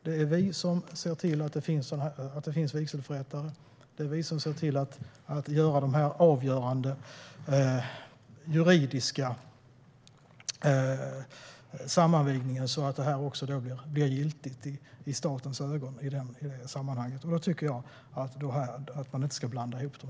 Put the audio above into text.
Det är vi som ser till att vigselförrättare finns och att göra den avgörande juridiska sammanvigningen så att detta blir giltigt i statens ögon. Då ska dessa båda roller inte blandas ihop.